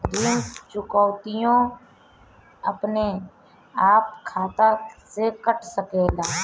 ऋण चुकौती अपने आप खाता से कट सकेला?